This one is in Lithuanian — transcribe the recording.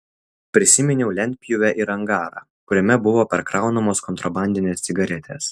prisiminiau lentpjūvę ir angarą kuriame buvo perkraunamos kontrabandinės cigaretės